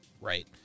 right